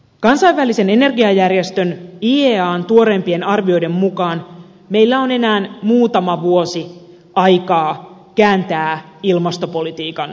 kansainvälisen energiajärjestön iean tuoreimpien arvioiden mukaan meillä on enää muutama vuosi aikaa kääntää ilmastopolitiikan suunta